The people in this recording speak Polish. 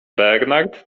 bernard